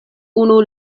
unu